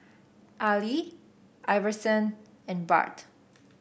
Ali Iverson and Bart